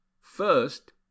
First